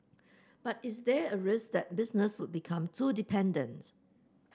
but is there a risk that business would become too dependent